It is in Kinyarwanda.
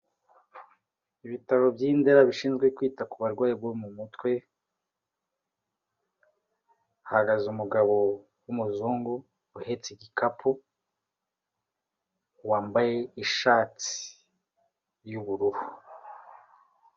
Ibitaro by'Indera bishinzwe kwita ku barwayi bo mu mutwe, hahagaze umugabo w'umuzungu uhetse igikapu, wambaye ishati y'ubururu.